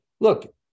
look